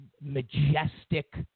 majestic